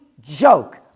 joke